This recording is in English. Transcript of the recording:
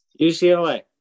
UCLA